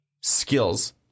skills